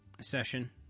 session